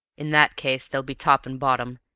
in that case they'll be top and bottom,